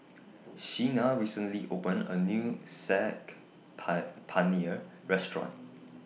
Sheena recently opened A New Saag PIE Paneer Restaurant